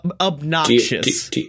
obnoxious